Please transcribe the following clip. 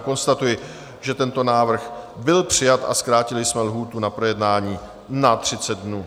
Konstatuji, že tento návrh byl přijat, a zkrátili jsme lhůtu na projednání na 30 dnů.